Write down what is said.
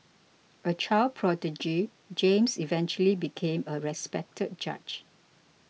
a child prodigy James eventually became a respected judge